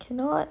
cannot